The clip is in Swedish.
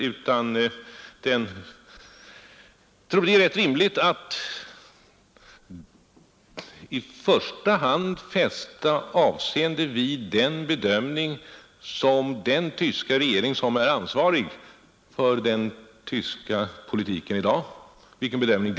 Jag tror att det är rätt rimligt att i första hand fästa avseende vid den bedömning som den regering gör som är ansvarig för den västtyska politiken i dag.